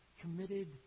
committed